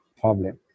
problem